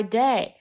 day